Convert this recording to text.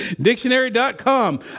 Dictionary.com